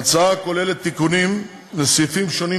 ההצעה כוללת תיקונים לסעיפים שונים,